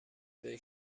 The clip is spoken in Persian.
توئه